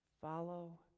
Follow